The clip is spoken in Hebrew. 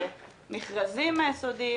במכרזים סודיים,